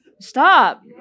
Stop